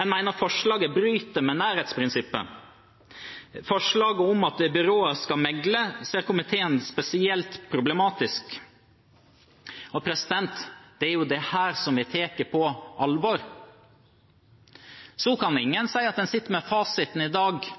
En mener forslaget bryter med nærhetsprinsippet. Forslaget om at byrået skal megle, ser komiteen som spesielt problematisk. Det er dette vi tar på alvor. Så kan ingen si at en sitter med fasiten i dag